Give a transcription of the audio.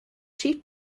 chief